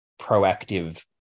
proactive